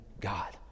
God